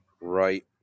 Right